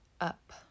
up